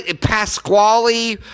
Pasquale